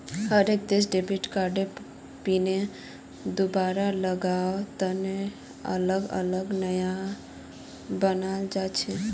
हर एक देशत debit card PIN दुबारा लगावार तने अलग अलग नियम बनाल जा छे